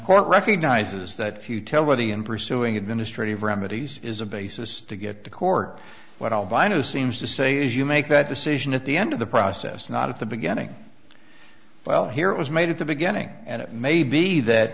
court recognizes that futility in pursuing administrative remedies is a basis to get to court what alvina seems to say is you make that decision at the end of the process not at the beginning well here it was made at the beginning and it may be that